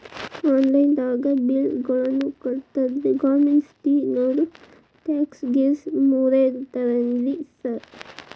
Online ದಾಗ bill ಗಳನ್ನಾ ಕಟ್ಟದ್ರೆ ಗೋರ್ಮೆಂಟಿನೋರ್ ಟ್ಯಾಕ್ಸ್ ಗೇಸ್ ಮುರೇತಾರೆನ್ರಿ ಸಾರ್?